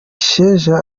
sheja